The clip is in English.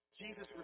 Jesus